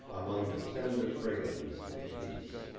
among the tender frailties of the piece.